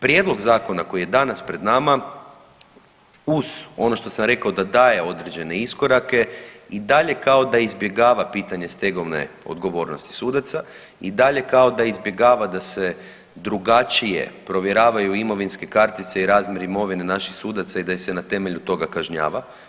Prijedlog zakona koji je danas pred nama uz ono što sam rekao da daje određene iskorake i dalje kao da izbjegava pitanje stegovne odgovornosti sudaca i dalje kao da izbjegava da se drugačije provjeravaju imovinske kartice i razmjer imovine naših sudaca i da ih se na temelju toga kažnjava.